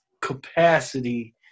capacity